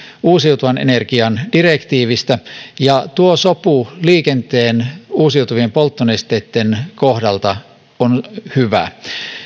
uusiutuvan energian direktiivistä tuo sopu liikenteen uusiutuvien polttonesteitten kohdalla on hyvä